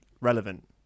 relevant